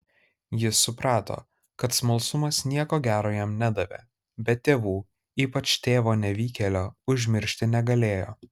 jis suprato kad smalsumas nieko gero jam nedavė bet tėvų ypač tėvo nevykėlio užmiršti negalėjo